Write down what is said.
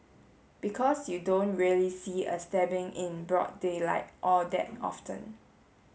because you don't really see a stabbing in broad daylight all that often